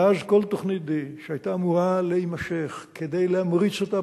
ואז כל תוכניתD שהיתה אמורה להימשך כדי להמריץ אותה,